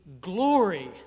glory